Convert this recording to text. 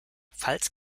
falls